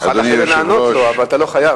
תוכל אחרי זה לענות לו, אבל אתה לא חייב.